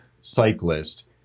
cyclist